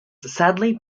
sadly